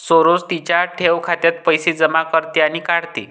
सरोज तिच्या ठेव खात्यात पैसे जमा करते आणि काढते